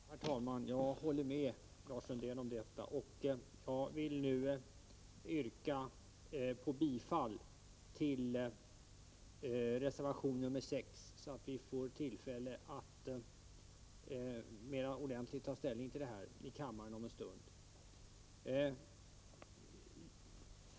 Herr talman! Jag håller med Lars Sundin om detta. Jag vill nu yrka bifall till reservation 6, så att vi får tillfälle att ordentligt ta ställning till detta i kammaren om en stund.